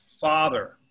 father